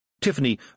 Tiffany